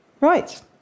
Right